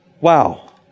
wow